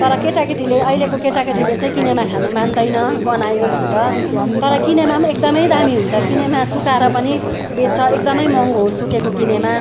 तर केटाकेटीले अहिलेको केटाकेटीले चाहिँ किनामा खानु मान्दैन गनायो भन्छ तर किनामा पनि एकदमै दामी हुन्छ किनामा सुकाएर पनि बेच्छ एकदमै महँगो हो सुकेको किनामा